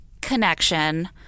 connection